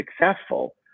successful